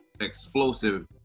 explosive